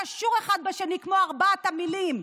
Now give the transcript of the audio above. קשור אחד בשני כמו ארבעת המינים,